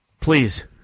Please